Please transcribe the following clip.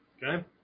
Okay